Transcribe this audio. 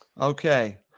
Okay